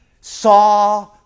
saw